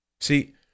See